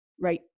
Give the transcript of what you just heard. right